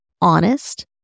honest